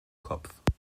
kopf